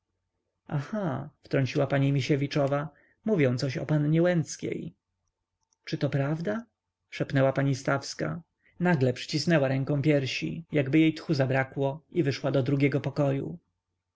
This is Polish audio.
aha wtrąciła pani misiewiczowa mówią coś o pannie łęckiej czyto prawda szepnęła pani stawska nagle przycisnęła ręką piersi jakby jej tchu zabrakło i wyszła do drugiego pokoju